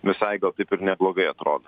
visai gal taip ir neblogai atrodo